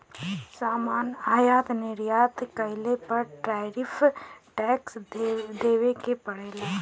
सामान आयात निर्यात कइले पर टैरिफ टैक्स देवे क पड़ेला